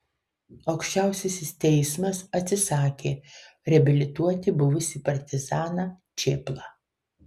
aukščiausiasis teismas atsisakė reabilituoti buvusį partizaną čėplą